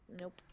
Nope